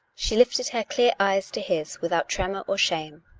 she lifted her clear eyes to his without tremor or shame.